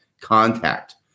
contact